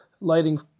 lighting